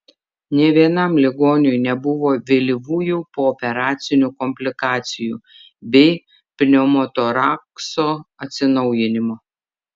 nė vienam ligoniui nebuvo vėlyvųjų pooperacinių komplikacijų bei pneumotorakso atsinaujinimo